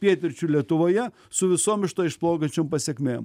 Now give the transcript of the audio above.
pietryčių lietuvoje su visom iš to išplaukiančiom pasekmėm